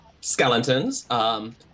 skeletons